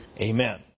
Amen